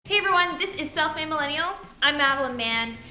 hey everyone this is self made millennial, i'm madeline mann.